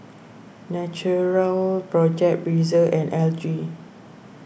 Natural Project Breezer and L G